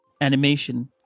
animation